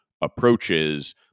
approaches